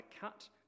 cut